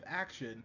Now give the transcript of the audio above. action